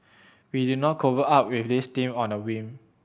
we did not cobble up with this team on a whim